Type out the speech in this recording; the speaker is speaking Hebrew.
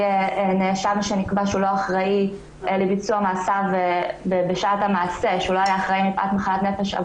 נאשם שנקבע שהוא לא אחראי לביצוע מעשיו בשעת המעשה מפאת מחלת נפש,